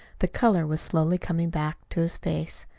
the color was slowly coming back to his face.